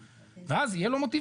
אז זו גם הערה.